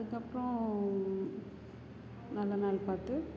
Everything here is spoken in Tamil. அதுக்கப்புறம் நல்ல நாள் பார்த்து